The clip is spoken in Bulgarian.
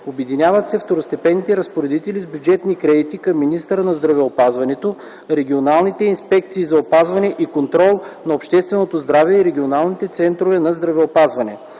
Обединяват се второстепенните разпоредители с бюджетни кредити към министъра на здравеопазването – регионалните инспекции за опазване и контрол на общественото здраве и регионалните центрове по здравеопазване.